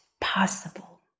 possible